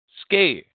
scared